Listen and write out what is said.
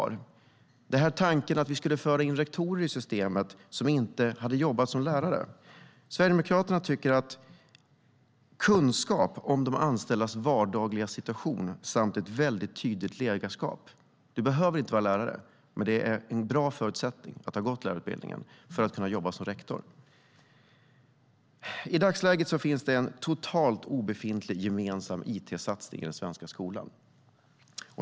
När det gäller tanken att vi skulle föra in rektorer i systemet som inte har jobbat som lärare vill vi sverigedemokrater peka på kunskap om de anställdas vardagliga situation samt ett mycket tydligt ledarskap. Man behöver inte vara lärare, men för att kunna jobba som rektor är det en bra förutsättning att ha gått lärarutbildningen. I dagsläget finns det en totalt obefintlig gemensam it-satsning i den svenska skolan.